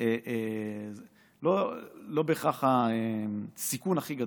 לא בהכרח הסיכון הכי גדול.